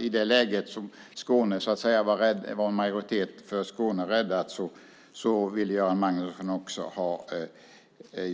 I det läget när en majoritet för Skåne var räddad ville Göran Magnusson nämligen också ha